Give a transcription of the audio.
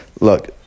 Look